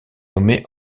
nommée